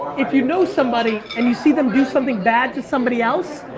if you know somebody, and you see them do something bad to somebody else,